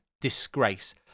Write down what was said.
Disgrace